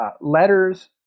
letters